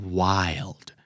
wild